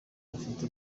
bafite